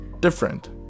different